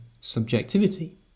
subjectivity